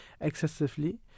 excessively